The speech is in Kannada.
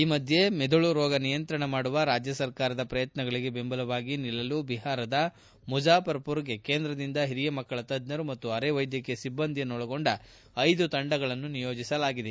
ಈ ಮಧ್ಯೆ ಮೆದುಳು ರೋಗ ನಿಯಂತ್ರಣ ಮಾಡುವ ರಾಜ್ಯ ಸರ್ಕಾರದ ಪ್ರಯತ್ನಗಳಿಗೆ ಬೆಂಬಲವಾಗಿ ನಿಲ್ಲಲು ಬಿಹಾರದ ಮುಝಫರ್ಮರ್ಗೆ ಕೇಂದ್ರದಿಂದ ಹಿರಿಯ ಮಕ್ಕಳ ತಜ್ಞರು ಮತ್ತು ಆರೆ ವೈದ್ಯಕೀಯ ಸಿಬ್ಬಂದಿಯನ್ನೊಳಗೊಂಡ ಐದು ತಂಡಗಳನ್ನು ನಿಯೋಜಿಸಲಾಗಿದೆ